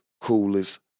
coolest